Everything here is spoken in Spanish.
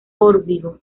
órbigo